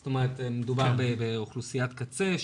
זאת אומרת מדובר באוכלוסיית קצה,